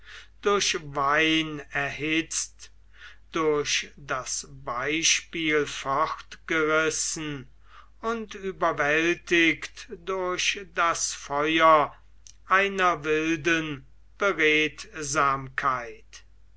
durch wein erhitzt durch das beispiel fortgerissen und überwältigt durch das feuer einer wilden